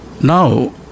now